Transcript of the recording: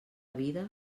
vida